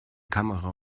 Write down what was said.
kamera